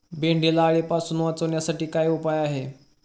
भेंडीला अळीपासून वाचवण्यासाठी काय उपाय आहे?